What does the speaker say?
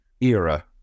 era